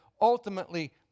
ultimately